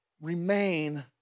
remain